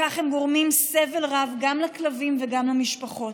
בכך הם גורמים סבל רב גם לכלבים וגם למשפחות.